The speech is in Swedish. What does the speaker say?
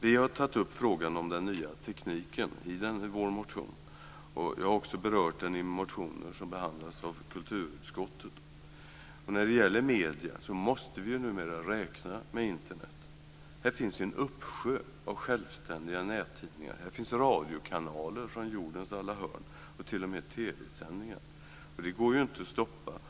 Vi har tagit upp frågan om den nya tekniken i vår motion, och jag har också berört den i motioner som behandlas av kulturutskottet. När det gäller medier måste vi numera räkna med Internet. Där finns det ju en uppsjö av självständiga nättidningar. Där finns radiokanaler från jordens alla hörn och t.o.m. TV sändningar. Det går ju inte att stoppa.